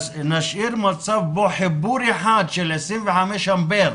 להשאיר מצב בו החיבור אחד של 25 אמפר,